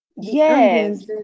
Yes